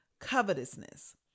covetousness